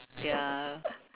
ya